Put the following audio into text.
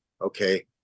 okay